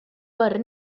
per